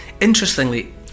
interestingly